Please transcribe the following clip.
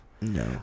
No